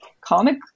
Comic